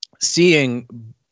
seeing